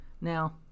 now